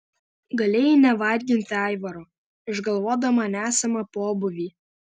galėjai nevarginti aivaro išgalvodama nesamą pobūvį